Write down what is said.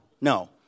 no